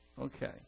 Okay